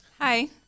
Hi